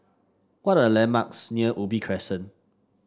what are landmarks near Ubi Crescent